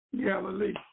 Galilee